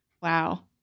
wow